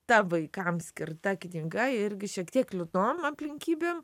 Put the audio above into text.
ta vaikams skirta knyga irgi šiek tiek liūdnom aplinkybėm